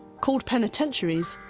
called penitentiaries,